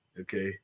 Okay